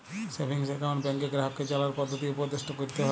savings account ব্যাংকে গ্রাহককে জালার পদ্ধতি উপদেট ক্যরতে হ্যয়